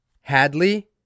Hadley